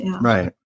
Right